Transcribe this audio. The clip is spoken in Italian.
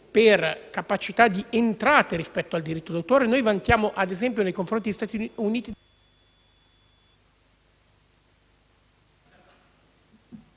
per capacità di entrate rispetto al diritto d'autore, per le quali vantiamo, ad esempio, nei confronti degli Stati Uniti